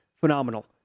phenomenal